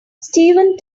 steven